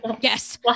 yes